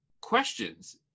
questions